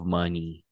money